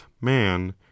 man